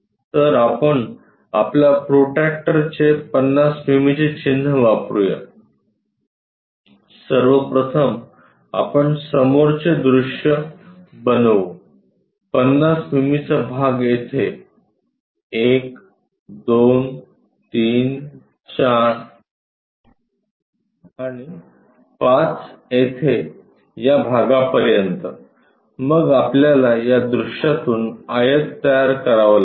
तर आपण आपल्या प्रोट्रॅक्टरचे 50 मिमीचे चिन्ह वापरू यासर्वप्रथम आपण समोरचे दृश्य बनवू 50 मिमीचा भाग येथे 1 2 3 4 आणि 5 येथे या भागापर्यंत मग आपल्याला दृश्यातून आयत तयार करावा लागेल